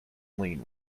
lean